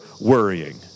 worrying